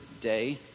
day